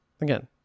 Again